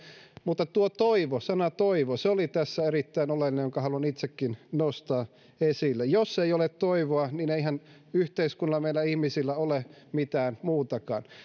mutta tuo sana toivo oli tässä erittäin olennainen ja haluan itsekin nostaa sen esille jos ei ole toivoa niin eihän yhteiskunnalla ja meillä ihmisillä ole mitään muutakaan